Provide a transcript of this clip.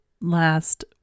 last